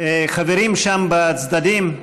חברים שם בצדדים,